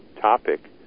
topic